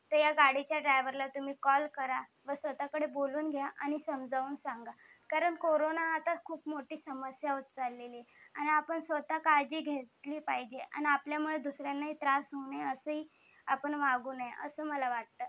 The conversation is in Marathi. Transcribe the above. तर या गाडीच्या ड्रायव्हरला तुम्ही कॉल करा किंवा स्वतःकडे बोलवून घ्या आणि समजावून सांगा कारण कोरोना आता खूप मोठी समस्या होत चालली आणि आपण स्वतः काळजी घेतली पाहिजे आणि आपल्यामुळे दुसऱ्यांना त्रास होणार असेल आपण वागू नये असं मला वाटतं